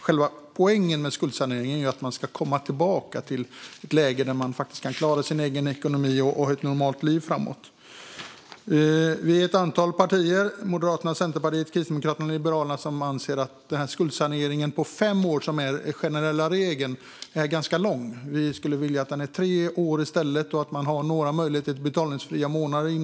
Själva poängen med skuldsanering är att man ska kunna komma tillbaka till ett läge där man kan klara sin egen ekonomi och ha ett normalt liv framöver. Vi är ett antal partier - Moderaterna, Centerpartiet, Kristdemokraterna och Liberalerna - som anser att skuldsaneringen på fem år, vilket är den generella regeln, är ganska lång. Vi skulle i stället vilja att den var på tre år och att man inom den perioden har möjlighet till några betalningsfria månader.